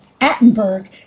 Attenberg